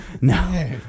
No